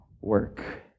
work